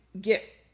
get